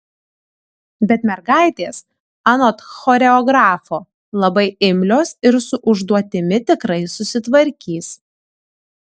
bet mergaitės anot choreografo labai imlios ir su užduotimi tikrai susitvarkys